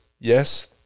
yes